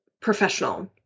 professional